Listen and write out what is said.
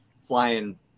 flying